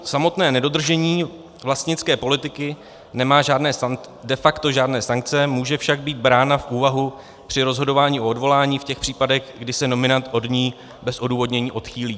Samotné nedodržení vlastnické politiky nemá de facto žádné sankce, může však být brána v úvahu při rozhodování o odvolání v těch případech, kdy se nominant od ní bez odůvodnění odchýlí.